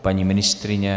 Paní ministryně?